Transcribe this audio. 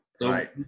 Right